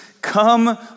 come